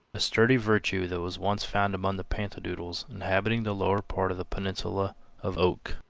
a sturdy virtue that was once found among the pantidoodles inhabiting the lower part of the peninsula of oque.